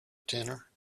tenner